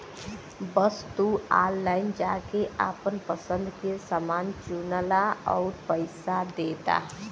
बस तू ऑनलाइन जाके आपन पसंद के समान चुनला आउर पइसा दे दा